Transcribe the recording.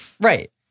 Right